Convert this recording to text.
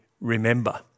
remember